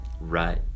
Right